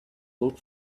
look